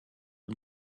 him